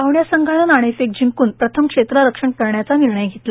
पाहण्या संघानं नाणेफेक जिंकून प्रथम क्षेत्ररक्षण करण्याचा निर्णय घेतला